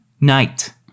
night